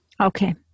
Okay